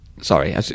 Sorry